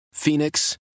Phoenix